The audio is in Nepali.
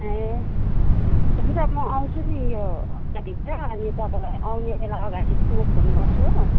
ए हुन्छ म आउँछु नि यो हप्ताभित्र अनि तपाईँलाई आउने बेला अगाडि नै म फोन गर्छु हो